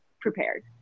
prepared